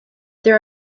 there